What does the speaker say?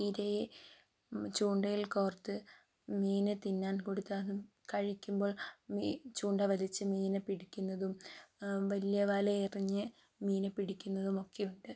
ഇരയെ ചൂണ്ടയിൽ കോർത്ത് മീനിന് തിന്നാൻ കൊടുത്താൽ അത് കഴിക്കുമ്പോൾ മീ ചൂണ്ട വലിച്ച് മീനിനെ പിടിക്കുന്നതും വലിയ വല എറിഞ്ഞ് മീനിനെ പിടിക്കുന്നതും ഒക്കെയുണ്ട്